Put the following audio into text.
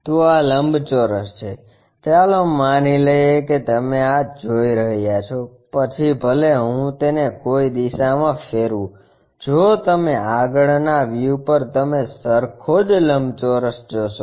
તો આ લંબચોરસ છે ચાલો માની લઈએ કે તમે આ જોઈ રહ્યા છો પછી ભલે હું તેને કોઈ દિશામાં ફેરવું જો તમે આગળના વ્યૂ પર તમે સરખો જ લંબચોરસ જોશો